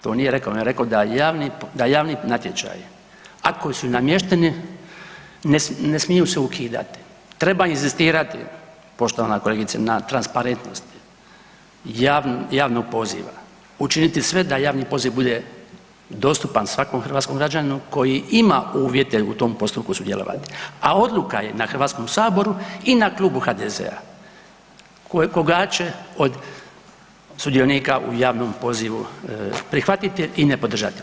To nije rekao, on je rekao da javni natječaj, a koji su namješteni ne smiju se ukidati, treba inzistirati poštovana kolegice na transparentnosti javnog poziva, učinit sve da javni poziv bude dostupan svakom hrvatskom građaninu koji ima uvjete u tom postupku sudjelovati, a odluka je na Hrvatskom saboru i na Klubu HDZ-a koga će od sudionika u javnom pozivu prihvatiti i ne podržati.